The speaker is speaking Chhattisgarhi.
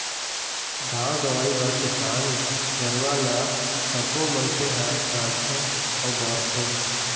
गाँव गंवई म किसान गुरूवा ल सबो मनखे ह जानथे अउ बउरथे